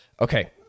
okay